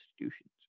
institutions